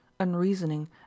unreasoning